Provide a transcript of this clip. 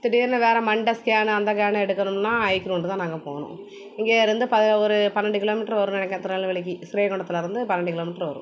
திடீர்ன்னு வேறு மண்டை ஸ்கேனு அந்த கேனு எடுக்கணும்ன்னா ஹை க்ரௌண்டு தான் நாங்கள் போகணும் இங்கேயிருந்து பதி ஒரு பன்ரெண்டு கிலோமீட்டரு வரும்ன்னு நினக்கிறேன் திருநெல்வேலிக்கு ஸ்ரீவைகுண்டத்திலேருந்து பன்ரெண்டு கிலோமீட்டரு வரும்